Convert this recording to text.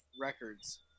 records